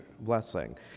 blessing